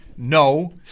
No